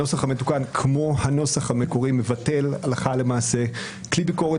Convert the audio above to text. הנוסח המתוקן כמו הנוסח המקורי מבטל הלכה למעשה כלי ביקורת